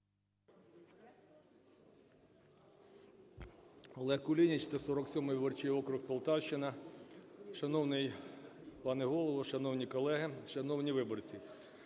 ОлегКулініч, 147 виборчий округ, Полтавщина. Шановний пане Голово, шановні колеги, шановні виборці!